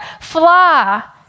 flaw